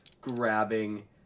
grabbing